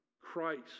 christ